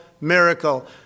miracle